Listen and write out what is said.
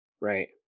Right